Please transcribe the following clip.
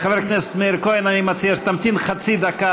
חבר הכנסת מאיר כהן, אני מציע שתמתין חצי דקה.